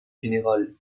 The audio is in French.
générale